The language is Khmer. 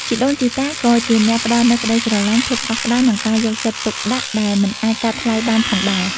ជីដូនជីតាក៏ជាអ្នកផ្តល់នូវក្តីស្រឡាញ់ ភាពកក់ក្តៅ និងការយកចិត្តទុកដាក់ដែលមិនអាចកាត់ថ្លៃបានផងដែរ។